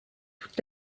toute